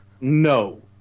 no